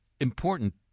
important